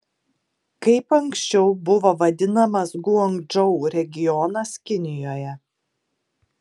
kaip anksčiau buvo vadinamas guangdžou regionas kinijoje